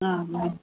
ఆ